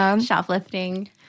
shoplifting